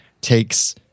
takes